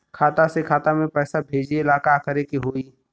खाता से खाता मे पैसा भेजे ला का करे के होई?